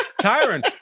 Tyron